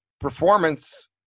performance